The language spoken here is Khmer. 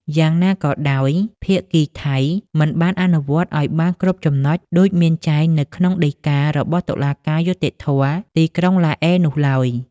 យ៉ាងណាក៏ដោយភាគីថៃមិនបានអនុវត្តឲ្យបានគ្រប់ចំណុចដូចមានចែងនៅក្នុងដីការបស់តុលាការយុត្តិធម៌ទីក្រុងឡាអេនោះឡើយ។